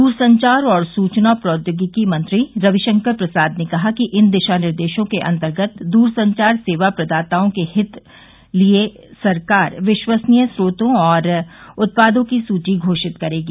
दूरसंचार और सूचना प्रौद्योगिकी मंत्री रवि शंकर प्रसाद ने कहा कि इन दिशा निर्देशों के अन्तर्गत दूरसंचार सेवा प्रदाताओं के हित लिए सरकार विश्वसनीय स्रोतों और उत्पादों की सूची घोषित करेगी